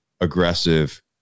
aggressive